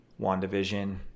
WandaVision